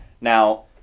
Now